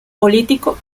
político